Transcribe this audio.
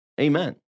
Amen